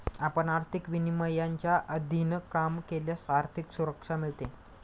आपण आर्थिक विनियमांच्या अधीन काम केल्यास आर्थिक सुरक्षा मिळते